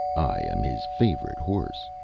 i am his favorite horse,